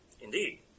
Indeed